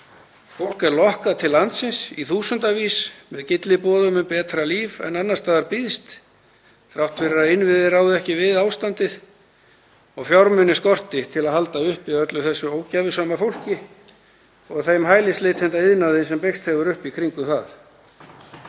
Fólk er lokkað til landsins í þúsundavís með gylliboðum um betra líf en annars staðar býðst þrátt fyrir að innviðir ráði ekki við ástandið og fjármuni skorti til að halda uppi öllu þessu ógæfusama fólki og þeim hælisleitendaiðnaði sem byggst hefur upp í kringum það.